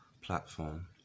platform